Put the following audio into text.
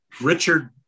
Richard